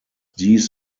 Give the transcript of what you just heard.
dies